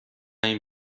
این